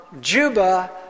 Juba